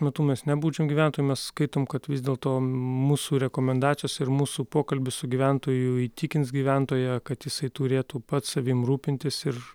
metu mes nebaudžiam gyventojų mes skaitom kad vis dėlto mūsų rekomendacijos ir mūsų pokalbis su gyventoju įtikins gyventoją kad jisai turėtų pats savim rūpintis ir